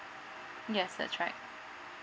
yes that's right